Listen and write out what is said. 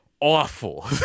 awful